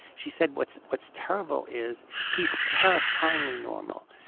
she said what's what's terrible is he's terrifyingly normal.